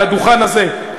על הדוכן הזה.